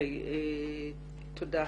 תודה.